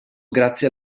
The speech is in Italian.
grazie